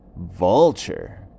vulture